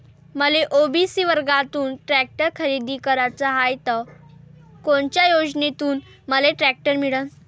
मले ओ.बी.सी वर्गातून टॅक्टर खरेदी कराचा हाये त कोनच्या योजनेतून मले टॅक्टर मिळन?